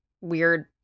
weird